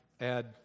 add